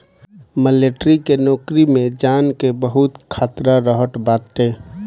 military के नोकरी में जान के बहुते खतरा रहत बाटे